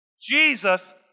Jesus